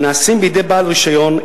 הנעשים בידי בעל רשיון,